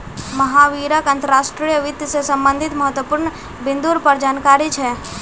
महावीरक अंतर्राष्ट्रीय वित्त से संबंधित महत्वपूर्ण बिन्दुर पर जानकारी छे